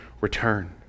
return